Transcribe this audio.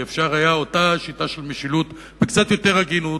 כי היה אפשר לקבל את אותה שיטה של משילות בקצת יותר הגינות,